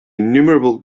innumerable